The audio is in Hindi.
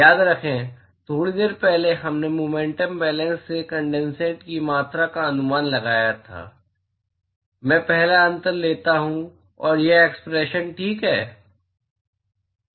याद रखें थोड़ी देर पहले हमने मुमेन्टम बैलेन्स से कनडेनसेट की मात्रा का अनुमान लगाया था मैं पहला अंतर लेता हूं और यह एक्सप्रेशन ठीक है